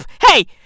Hey